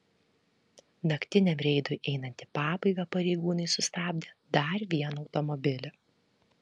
naktiniam reidui einant į pabaigą pareigūnai sustabdė dar vieną automobilį